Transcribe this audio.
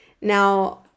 Now